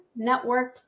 Networked